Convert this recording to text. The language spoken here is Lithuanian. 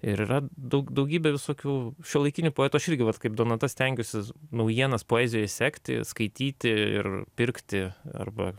ir yra daug daugybė visokių šiuolaikinių poetų aš irgi vat kaip donata stengiuosi naujienas poezijoj sekti skaityti ir pirkti arba